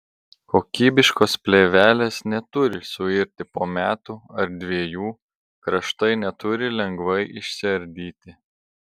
kokybiškos plėvelės neturi suirti po metų ar dviejų kraštai neturi lengvai išsiardyti